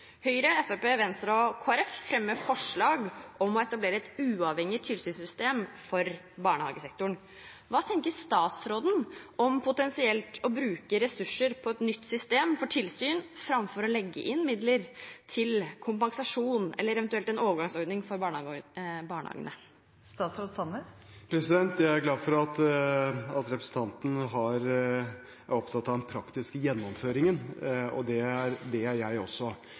Høyre, Fremskrittspartiet, Venstre og Kristelig Folkeparti fremmer forslag til vedtak om å etablere et uavhengig tilsynssystem for barnehagesektoren. Hva tenker statsråden om potensielt å bruke ressurser på et nytt system for tilsyn, framfor å legge inn midler til kompensasjon eller eventuelt en overgangsordning for barnehagene? Jeg er glad for at representanten er opptatt av den praktiske gjennomføringen, det er jeg også. Jeg